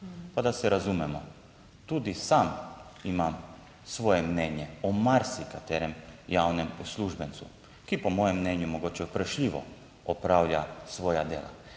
pa da se razumemo, tudi sam imam svoje mnenje o marsikaterem javnem uslužbencu, ki po mojem mnenju mogoče vprašljivo opravlja svoja dela,